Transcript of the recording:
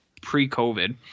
pre-COVID